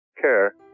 care